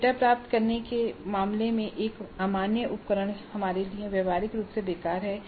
data प्राप्त करने के मामले में एक अमान्य उपकरण हमारे लिए व्यावहारिक रूप से बेकार है